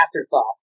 afterthought